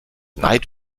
night